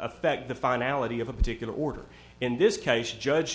affect the finality of a particular order in this case judge